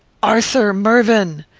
arthur mervyn!